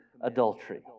adultery